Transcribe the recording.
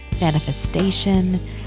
manifestation